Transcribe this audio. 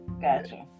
gotcha